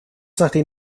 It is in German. nachdem